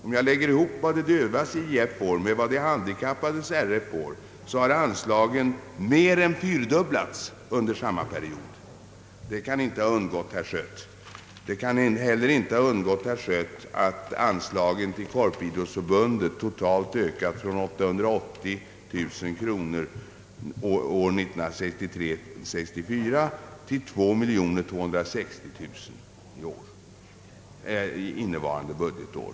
Om jag slår samman vad de döva får med vad de handikappade får så har anslagen mer än fyrdubblats under samma period. Det kan inte heller ha undgått herr Schött att anslaget till Korpidrottsförbundet ökade från 880000 kronor budgetåret 1963/64 till 2260 000 kronor innevarande budgetår.